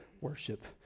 worship